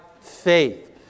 faith